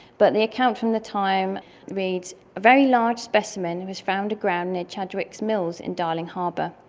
but the account from the time reads a very large specimen and was found aground near chadwicks mills in darling harbour.